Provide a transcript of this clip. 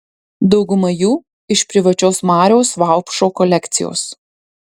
dauguma jų iš privačios mariaus vaupšo kolekcijos